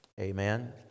amen